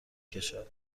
کشد